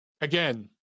Again